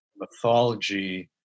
mythology